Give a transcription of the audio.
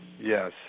Yes